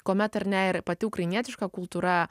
kuomet ar ne ir pati ukrainietiška kultūra